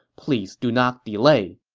please do not delay!